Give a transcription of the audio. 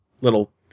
little